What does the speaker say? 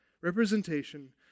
representation